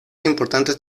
importantes